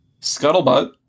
Scuttlebutt